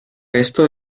resto